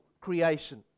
creation